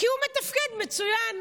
כי הוא מתפקד מצוין.